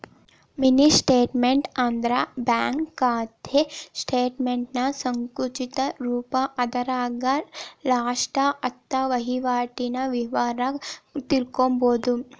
mini statement ಅಂದ್ರ bank ಖಾತೆ ಸ್ಟೇಟಮೆಂಟ್ನ ಸಂಕುಚಿತ ರೂಪ ಅದರಾಗ ಲಾಸ್ಟ ಹತ್ತ ವಹಿವಾಟಿನ ವಿವರ ತಿಳ್ಕೋಬೋದು